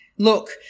Look